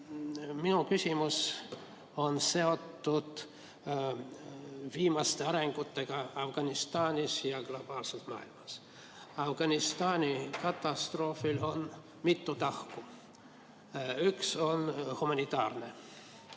minu küsimus on seotud viimaste arengutega Afganistanis ja globaalselt maailmas. Afganistani katastroofil on mitu tahku. Üks on humanitaarne: